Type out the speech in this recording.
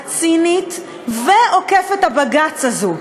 הצינית ועוקפת-הבג"ץ הזאת.